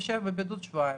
תשב בבידוד שבועיים.